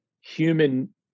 human